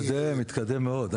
התקדם, התקדם מאוד.